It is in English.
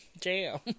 jam